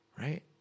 Right